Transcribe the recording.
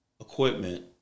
equipment